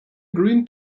green